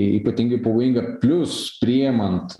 ypatingai pavojinga plius priimant